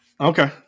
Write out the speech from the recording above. Okay